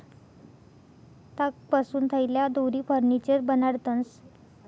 तागपासून थैल्या, दोरी, फर्निचर बनाडतंस